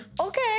Okay